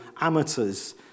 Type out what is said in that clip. amateurs